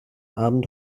abend